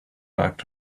back